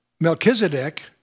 Melchizedek